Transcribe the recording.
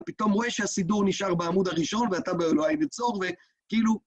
פתאום רואה שהסידור נשאר בעמוד הראשון, ואתה ב״אלוהיי נצור״, וכאילו...